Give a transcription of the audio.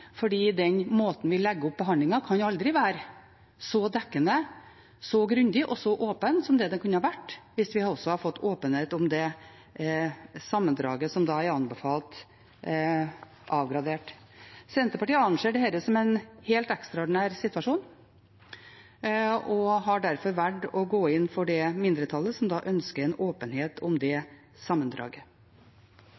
måten vi legger opp behandlingen på, kan aldri være så dekkende, så grundig og så åpen som det kunne ha vært hvis vi også hadde fått åpenhet om det sammendraget som er anbefalt avgradert. Senterpartiet anser dette som en helt ekstraordinær situasjon og har derfor valgt å gå inn i det mindretallet som ønsker en åpenhet om det